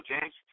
James